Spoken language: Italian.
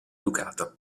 ducato